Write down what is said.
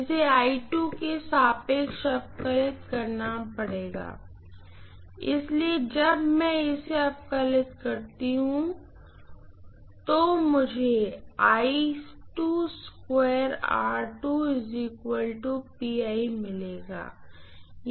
जिसे के सापेक्ष अवकलित करना पड़ेगा इसलिए जब मैं इसे अवकलित करती हूँ तो मुझे मिलेगा